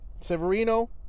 Severino